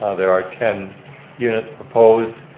ah there are ten units proposed.